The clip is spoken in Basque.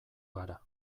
gara